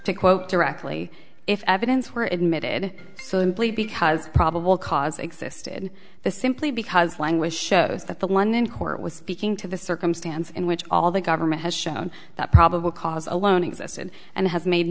to quote directly if evidence were admitted so in plea because probable cause existed the simply because language shows that the one in court was speaking to the circumstance in which all the government has shown that probable cause alone existed and has made